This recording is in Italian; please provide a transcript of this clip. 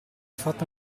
fatta